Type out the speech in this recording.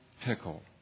pickle